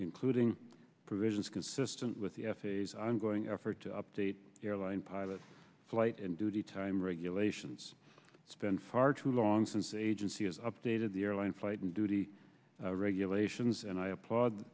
including provisions consistent with the f a a as i'm going effort to update airline pilot flight and duty time regulations spend far too long since agency has updated the airline flight and duty regulations and i applaud